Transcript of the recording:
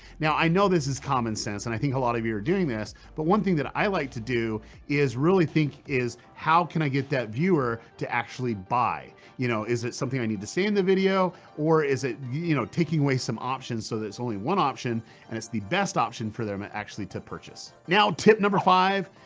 now i know this is common sense and i think a lot of you were doing this but one thing i like to do is really think is how can i get that viewer to actually buy. you know, is it something i need to say in the video or is it you know taking away some options so it's only one option and it's the best option for them to ah actually to purchase. now tip number five.